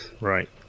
Right